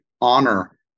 honor